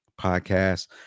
podcast